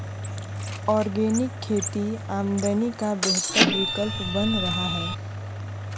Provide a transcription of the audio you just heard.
organic खेती आमदनी का बेहतर विकल्प बन रहा है